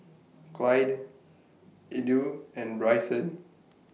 Clydie Edw and Bryson